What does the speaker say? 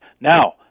now